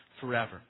forever